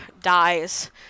dies